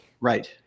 Right